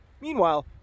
Meanwhile